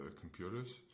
computers